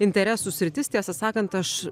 interesų sritis tiesą sakant aš